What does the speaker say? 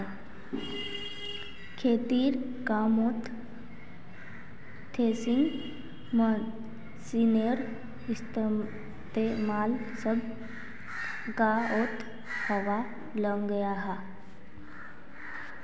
खेतिर कामोत थ्रेसिंग मशिनेर इस्तेमाल सब गाओंत होवा लग्याहा